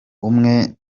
umwe